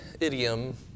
idiom